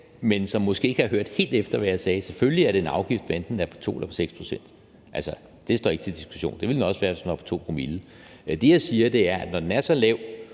men måske har han ikke hørt helt efter, hvad jeg sagde. Selvfølgelig er det en afgift, hvad enten den er på 2 eller 6 pct. Altså, det står ikke til diskussion, og det ville den også være, hvis den var på 2 promille. Det, jeg siger, er, at når den er så lav